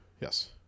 Yes